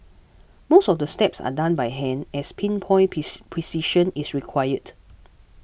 most of the steps are done by hand as pin point piece precision is required